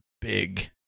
big